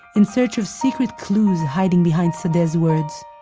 in search of secret clues hiding behind sadeh's words.